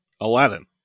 Aladdin